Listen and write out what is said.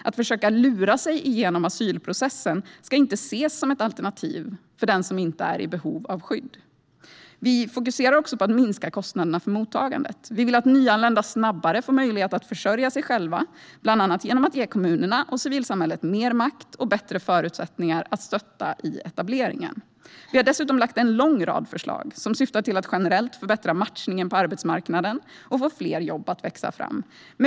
Att försöka lura sig igenom asylprocessen ska inte ses som ett alternativ för den som inte är i behov av skydd. Vi fokuserar på att minska kostnaderna för mottagandet. Vi vill att nyanlända snabbare får möjlighet att försörja sig själva, bland annat genom att vi ger kommunerna och civilsamhället mer makt och bättre förutsättningar att stötta i etableringen. Vi har dessutom lagt fram en lång rad förslag som syftar till att generellt förbättra matchningen på arbetsmarknaden och få fler jobb att växa fram.